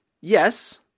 yes